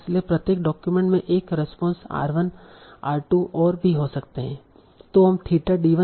इसलिए प्रत्येक डॉक्यूमेंट में एक रेस्पोंस r1 r2 और भी हो सकते है